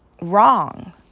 wrong